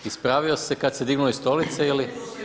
Ispravio se kada se dignuo iz stolice ili?